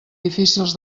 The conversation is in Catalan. difícils